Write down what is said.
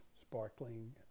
sparkling